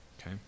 okay